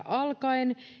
alkaen